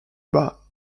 bah